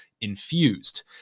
infused